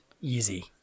Easy